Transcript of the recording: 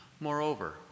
Moreover